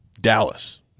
Dallas